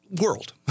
world